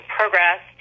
progress